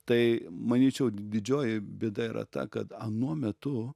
tai manyčiau didžioji bėda yra ta kad anuo metu